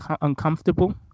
uncomfortable